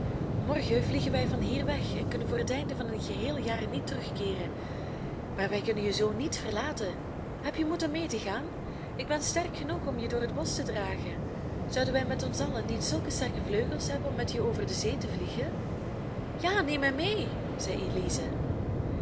morgen vliegen wij van hier weg en kunnen voor het einde van een geheel jaar niet terugkeeren maar wij kunnen je zoo niet verlaten heb je moed om mee te gaan ik ben sterk genoeg om je door het bosch te dragen zouden wij met ons allen niet zulke sterke vleugels hebben om met je over de zee te vliegen ja neemt mij mee zei